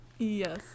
Yes